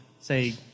say